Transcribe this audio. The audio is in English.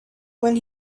when